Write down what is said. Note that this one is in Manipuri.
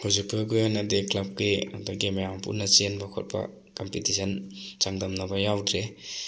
ꯍꯧꯖꯤꯛꯐꯥꯎꯒꯤ ꯑꯣꯏꯅꯗꯤ ꯀ꯭ꯂꯕꯀꯤ ꯑꯗꯒꯤ ꯃꯌꯥꯝ ꯄꯨꯟꯅ ꯆꯦꯟꯕ ꯈꯣꯠꯄ ꯀꯝꯄꯤꯇꯤꯁꯟ ꯆꯥꯡꯗꯝꯅꯕ ꯌꯥꯎꯗ꯭ꯔꯤ